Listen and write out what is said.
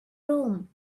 room